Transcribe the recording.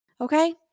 Okay